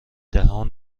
دهان